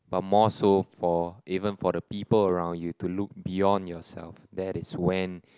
but more so for even for the people around you to look beyond yourself that is when